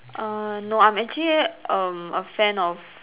uh no I'm actually um a fan of